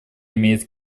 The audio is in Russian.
имеет